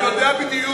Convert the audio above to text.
אני יודע בדיוק.